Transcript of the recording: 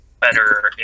better